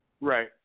Right